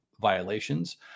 violations